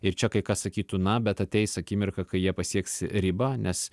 ir čia kai kas sakytų na bet ateis akimirka kai jie pasieks ribą nes